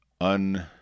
un